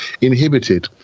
inhibited